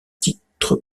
titre